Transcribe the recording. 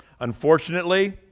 Unfortunately